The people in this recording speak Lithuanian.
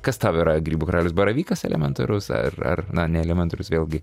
kas tau yra grybų karalius baravykas elementarus ar ar na ne elementarus vėlgi